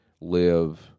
live